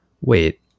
wait